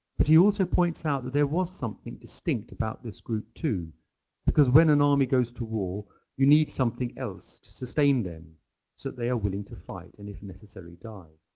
but he also points out that there was something distinct about this group too because when an army goes to war you need something else to sustain them so that they are willing to fight and if necessary die.